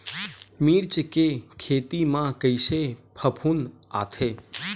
मिर्च के खेती म कइसे फफूंद आथे?